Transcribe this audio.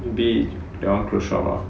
maybe that [one] close shop ah